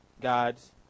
gods